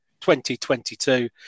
2022